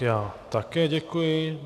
Já také děkuji.